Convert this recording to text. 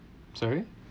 sorry